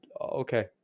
okay